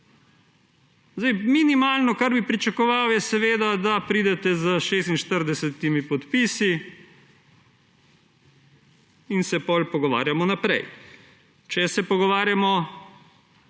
Minimalno, kar bi pričakoval, je, da pridete s 46 podpisi in se potem pogovarjamo naprej. Če se pogovarjamo